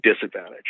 disadvantage